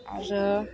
आरो